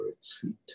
seat